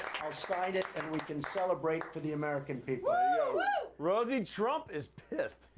i'll sign it and we can celebrate for the american people. rosie, trump is pissed.